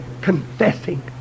confessing